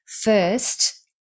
first